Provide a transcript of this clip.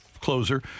closer